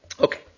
Okay